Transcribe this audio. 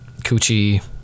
coochie